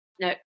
no